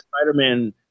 spider-man